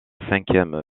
cinquième